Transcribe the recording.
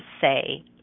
say